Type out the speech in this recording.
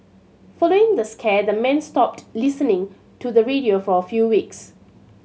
following the scare the men stopped listening to the radio for a few weeks